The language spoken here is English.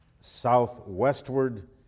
southwestward